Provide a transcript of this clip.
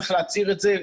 צריך להצהיר את זה.